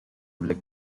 public